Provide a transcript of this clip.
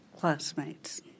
classmates